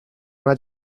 una